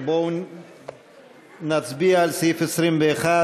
בואו נצביע על סעיף 21,